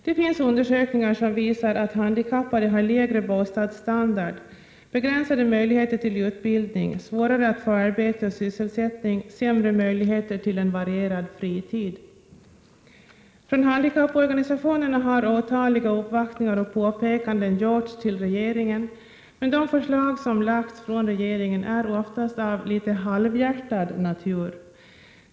Det finns undersökningar som visar att handikappade har lägre bostadsstandard, begränsade möjligheter till utbildning, svårare att få arbete och sysselsättning, sämre möjligheter till en varierad fritid. Från handikapporganisationerna har otaliga uppvaktningar och påpekanden gjorts för regeringen, men de förslag som lagts fram av regeringen är oftast av halvhjärtad natur.